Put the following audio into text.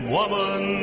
woman